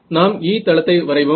நாம் E தளத்தை வரைவோம்